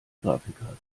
grafikkarte